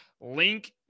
link